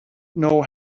know